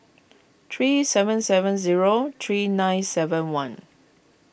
three seven seven zero three nine seven one